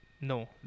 no